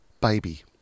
baby